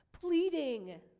pleading